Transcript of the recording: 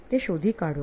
તે શોધી કાઢો